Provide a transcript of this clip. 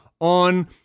on